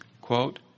Quote